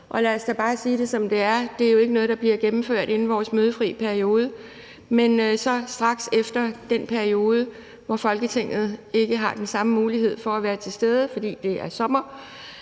Og lad os da bare sige det, som det er: Det er jo ikke noget, der bliver gennemført inden vores mødefri periode, men så straks efter den periode, hvor Folketinget ikke har den samme mulighed for at være til stede, fordi det er sommer.